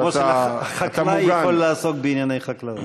כמו שחקלאי יכול לעסוק בענייני חקלאות.